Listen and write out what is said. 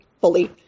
fully